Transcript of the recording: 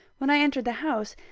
when i entered the house,